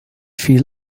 feel